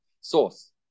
source